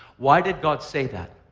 why did god say that?